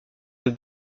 que